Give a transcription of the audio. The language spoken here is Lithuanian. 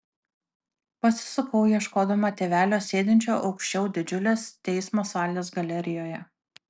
pasisukau ieškodama tėvelio sėdinčio aukščiau didžiulės teismo salės galerijoje